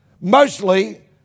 Mostly